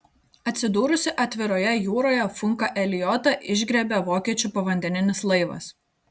atsidūrusį atviroje jūroje funką eliotą išgriebė vokiečių povandeninis laivas